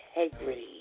integrity